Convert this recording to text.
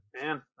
Man